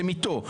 אתם איתו.